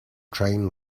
train